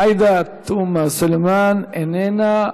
עאידה תומא סלימאן, איננה.